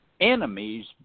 enemies